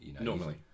Normally